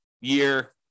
year